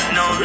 no